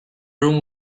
room